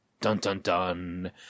dun-dun-dun